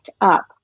up